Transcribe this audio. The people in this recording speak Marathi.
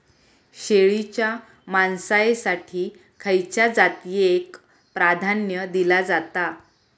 शेळीच्या मांसाएसाठी खयच्या जातीएक प्राधान्य दिला जाता?